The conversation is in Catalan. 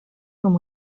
com